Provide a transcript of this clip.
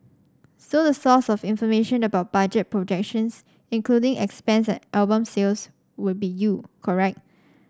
so the source of information about budget projections including expense and album sales would be you correct